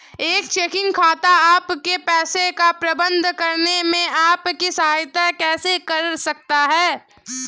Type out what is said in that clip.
एक चेकिंग खाता आपके पैसे का प्रबंधन करने में आपकी सहायता कैसे कर सकता है?